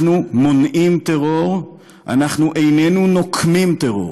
אנחנו מונעים טרור, איננו נוקמים טרור.